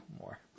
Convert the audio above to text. more